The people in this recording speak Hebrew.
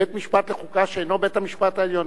בית-משפט לחוקה שאינו בית-המשפט העליון.